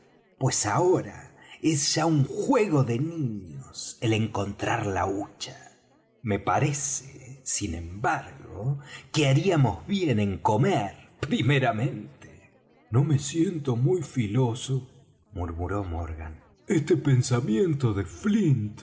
pues ahora es ya un juego de niños el encontrar la hucha me parece sin embargo que haríamos bien en comer primeramente no me siento muy filoso murmuró morgan este pensamiento de